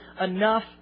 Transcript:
enough